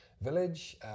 village